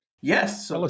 Yes